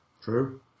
true